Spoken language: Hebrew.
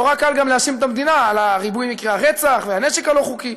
נורא קל גם להאשים את המדינה בריבוי מקרי הרצח והנשק הלא-חוקי.